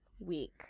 week